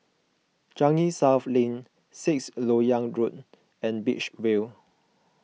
Changi South Lane Sixth Lok Yang Road and Beach View